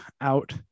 out